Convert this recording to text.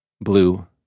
blue